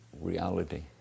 reality